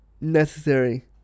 necessary